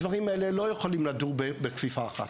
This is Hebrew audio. הדברים האלה לא יכולים לדור בכפיפה אחת.